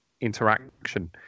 interaction